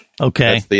Okay